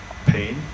pain